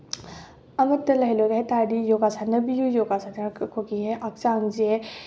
ꯑꯃꯠꯇ ꯂꯩꯍꯜꯂꯣꯏꯒꯦ ꯍꯥꯏ ꯇꯥꯔꯗꯤ ꯌꯣꯒꯥ ꯁꯥꯟꯅꯕꯤꯌꯨ ꯌꯣꯒꯥ ꯁꯥꯟꯅꯔꯒ ꯑꯩꯈꯣꯏꯒꯤ ꯍꯦꯛ ꯍꯛꯆꯥꯡꯁꯦ